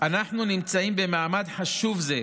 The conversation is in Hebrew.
אנחנו נמצאים במעמד חשוב זה,